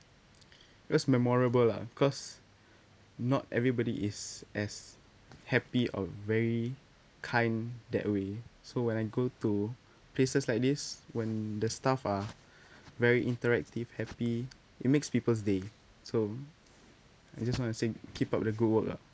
that's memorable lah because not everybody is as happy or very kind that way so when I go to places like this when the staff are very interactive happy it makes people's day so I just want to say keep up the good work ah